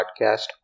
Podcast